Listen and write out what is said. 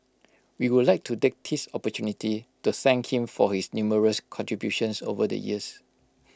we would like to take this opportunity to thank him for his numerous contributions over the years